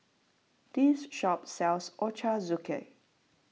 this shop sells Ochazuke